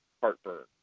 heartburn